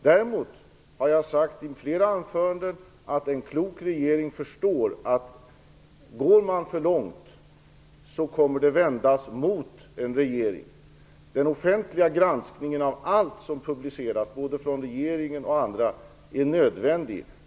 I flera anföranden har jag sagt att en klok regering förstår att går man för långt, så kommer det att vändas mot regeringen. Den offentliga granskningen av allt som publiceras, från regeringen och andra, är nödvändig.